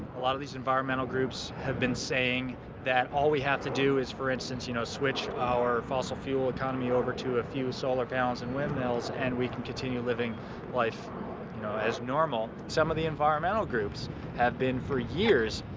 a lot of these environmental groups have been saying that all we have to do is, for instance, you know switch our fossil fuel economy over to a few solar panels and windmills, and we can continue living life you know as normal. some of the environmental groups have been, for years,